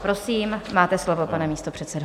Prosím, máte slovo, pane místopředsedo.